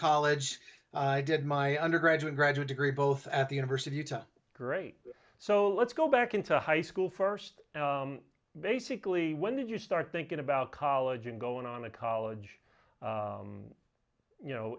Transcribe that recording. college i did my undergraduate graduate degree both at the university uta great so let's go back into high school first basically when you start thinking about college and going on a college you know